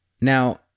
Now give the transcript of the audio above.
Now